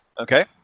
Okay